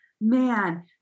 Man